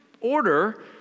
order